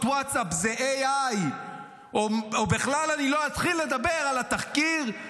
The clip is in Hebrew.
וואטסאפ זה AI. בכלל אני לא אתחיל לדבר על התחקיר.